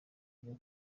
aho